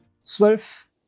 Zwölf